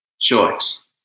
Choice